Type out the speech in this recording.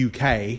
uk